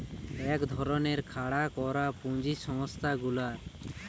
এক ধরণের খাড়া করা পুঁজি সংস্থা গুলার